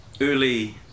early